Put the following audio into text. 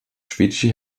schwedische